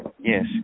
Yes